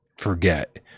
forget